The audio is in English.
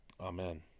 amen